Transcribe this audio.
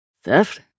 Theft